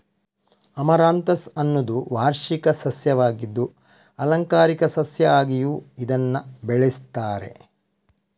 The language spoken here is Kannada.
ಅಮರಾಂಥಸ್ ಅನ್ನುದು ವಾರ್ಷಿಕ ಸಸ್ಯ ಆಗಿದ್ದು ಆಲಂಕಾರಿಕ ಸಸ್ಯ ಆಗಿಯೂ ಇದನ್ನ ಬೆಳೆಸ್ತಾರೆ